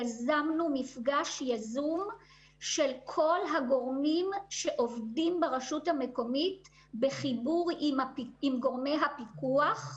יזמנו מפגש של כל הגורמים שעובדים ברשות המקומית עם גורמי הפיקוח,